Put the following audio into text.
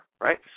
right